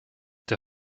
der